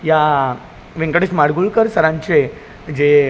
या व्यंकटेश माडगूळकर सरांचे जे